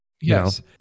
Yes